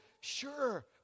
Sure